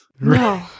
no